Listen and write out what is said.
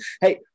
Hey